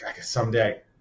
Someday